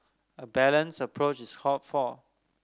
a balanced approach is called for